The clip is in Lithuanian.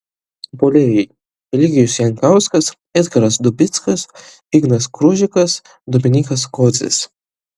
puolėjai eligijus jankauskas edgaras dubickas ignas kružikas dominykas kodzis